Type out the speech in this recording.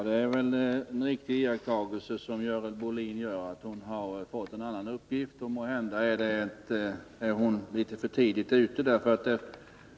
Herr talman! Måhända är Görel Bohlin litet för sent ute med sin uppgift om på vilken plats i flerårsplanen som detta objekt har placerats.